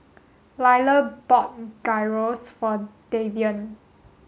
Liller bought Gyros for Davian